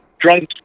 drunk